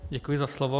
Děkuji za slovo.